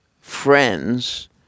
friends